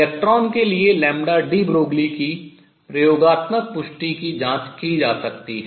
electron के लिए deBroglieकी प्रयोगात्मक पुष्टि की जाँच की जा सकती है